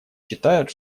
считают